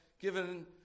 given